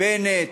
בנט,